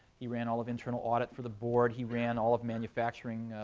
he ran all of internal audit for the board. he ran all of manufacturing,